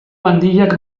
handiak